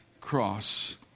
cross